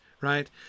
right